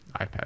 iPad